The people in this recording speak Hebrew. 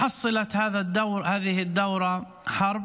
התוצאה של הכנס הזה הוא